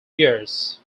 years